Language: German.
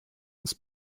uns